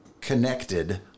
connected